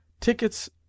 Tickets